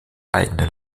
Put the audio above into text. eigene